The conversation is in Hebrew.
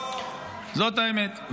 ואוו --- זאת האמת,